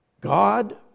God